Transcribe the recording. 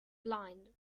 blind